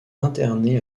interné